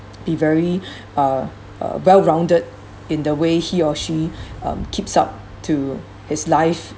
be very uh uh well-rounded in the way he or she um keeps up to his life